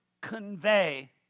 convey